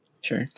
sure